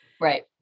Right